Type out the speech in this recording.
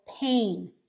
pain